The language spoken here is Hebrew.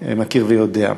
מכיר ויודע.